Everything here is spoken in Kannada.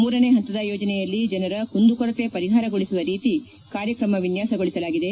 ಮೂರನೇ ಹಂತದ ಯೋಜನೆಯಲ್ಲಿ ಜನರ ಕುಂದುಕೊರತೆ ಪರಿಹಾರಗೊಳಿಸುವ ರೀತಿ ಕಾರ್ಯಕ್ರಮ ವಿನ್ಯಾಸಗೊಳಿಸಲಾಗಿದೆ